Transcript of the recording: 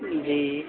جی